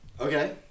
Okay